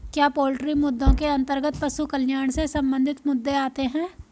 क्या पोल्ट्री मुद्दों के अंतर्गत पशु कल्याण से संबंधित मुद्दे आते हैं?